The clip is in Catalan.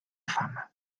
fama